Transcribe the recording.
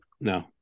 no